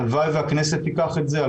הלוואי שהכנסת תיקח את זה.